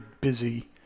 busy